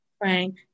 Frank